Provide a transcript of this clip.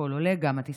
הכול עולה, וגם הטיסות.